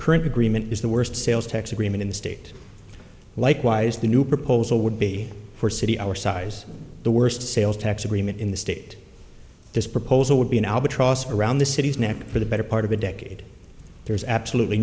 current agreement is the worst sales tax agreement in the state likewise the new proposal would be for city our size the worst sales tax agreement in the state this proposal would be an albatross around the city's neck for the better part of a decade there's absolutely